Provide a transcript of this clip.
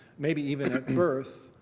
maybe even birth,